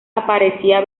aparecía